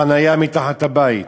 חניה מתחת לבית.